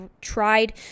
tried